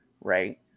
right